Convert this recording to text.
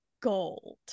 gold